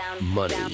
money